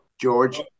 George